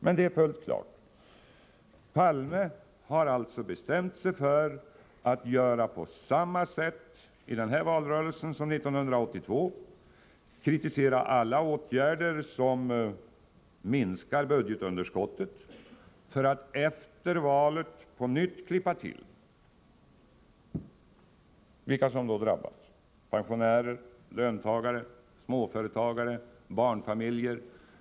Det står dock fullt klart att Olof Palme har bestämt sig för att göra på samma sätt i denna valrörelse som i 1982 års valrörelse. Han kommer att kritisera alla åtgärder som kan vidtas för att minska budgetunderskottet, för att efter valet — om nu socialdemokraterna vinner det — på nytt klippa till. Vilka kommer då att drabbas? Blir det pensionärer, löntagare, småföretagare eller barnfamiljer?